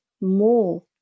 more